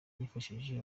yifashije